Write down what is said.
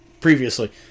previously